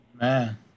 Man